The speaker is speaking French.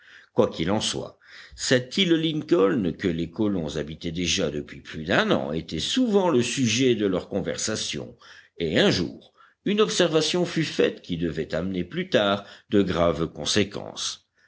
qu'il en soit cette île lincoln que les colons habitaient déjà depuis plus d'un an était souvent le sujet de leur conversation et un jour une observation fut faite qui devait amener plus tard de graves conséquences